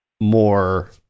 more